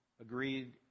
agreed